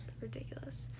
Ridiculous